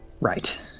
Right